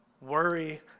Worry